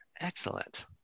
Excellent